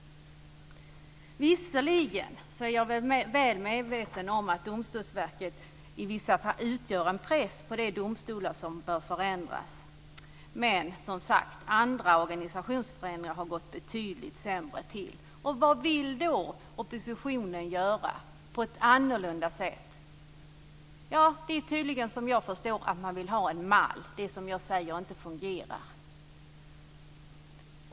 Visserligen är jag väl medveten om att Domstolsverket i vissa fall utgör en press på de domstolar som bör förändras. Men, som sagt, andra organisationsförändringar har gått till på ett betydligt sämre sätt. Vad vill då oppositionen göra annorlunda? Som jag förstår vill man tydligen ha en mall, det som jag säger inte fungerar.